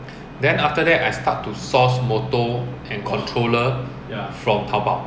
then after that I start to source motor and controller from taobao